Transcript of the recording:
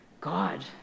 God